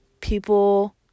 people